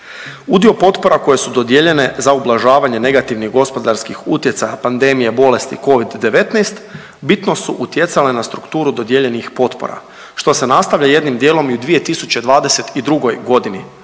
Udio potpora koje su dodijeljene za ublažavanje negativnih gospodarskih utjecaja pandemije bolesti Covid-19 bitno su utjecale na strukturu dodijeljenih potpora, što se nastavlja jednim dijelom i u 2022. g.,